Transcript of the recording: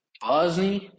Bosnia